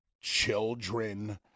children